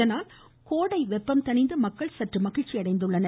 இதனால் கோடை வெப்பம் தணிந்து மக்கள் சற்று மகிழ்ச்சியடைந்துள்ளனர்